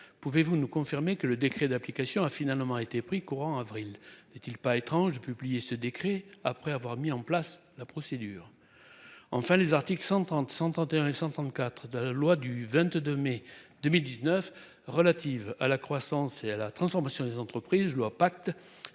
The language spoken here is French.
Pouvez-vous nous confirmer que le décret d'application a finalement été pris courant avril est-il pas étrange publier ce décret après avoir mis en place la procédure. Enfin les articles 130 131 134 de la loi du 22 mai 2019 relatives à la croissance et à la transformation des entreprises je loi pacte.